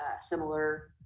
similar